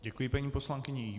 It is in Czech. Děkuji paní poslankyni.